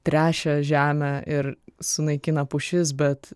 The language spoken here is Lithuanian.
tręšia žemę ir sunaikina pušis bet